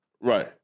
right